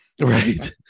Right